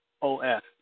OS